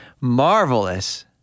marvelous